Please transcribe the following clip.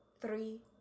three